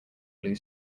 blue